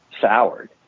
soured